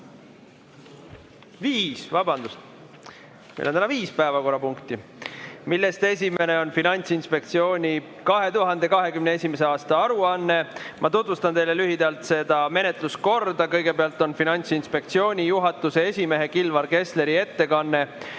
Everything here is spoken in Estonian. Viis. Vabandust! Meil on täna viis päevakorrapunkti, millest esimene on Finantsinspektsiooni 2021. aasta aruanne. Ma tutvustan teile lühidalt menetluskorda. Kõigepealt on Finantsinspektsiooni juhatuse esimehe Kilvar Kessleri ettekanne,